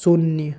शून्य